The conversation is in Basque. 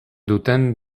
duten